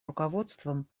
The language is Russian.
руководством